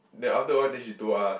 then after awhile then she told us